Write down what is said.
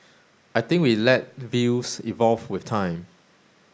I think we let views evolve with time